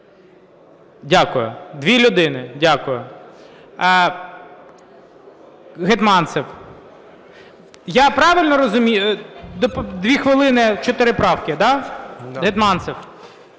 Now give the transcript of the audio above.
Дякую. Дві людини. Дякую. Гетманцев. Я правильно розумію: 2 хвилини – 4 правки? Да? Гетманцев.